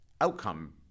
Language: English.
outcome